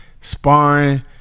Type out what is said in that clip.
sparring